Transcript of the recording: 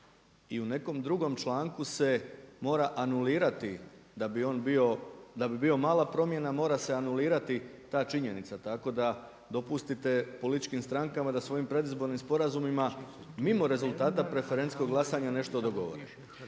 I u nekom drugom članku se mora anulirati da bi on bio, da bi bio mala promjena mora se anulirati ta činjenica. Tako da dopustite političkim strankama da svojim predizbornim sporazumima mimo rezultata preferencijskog glasanja nešto dogovore.